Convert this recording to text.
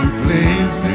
please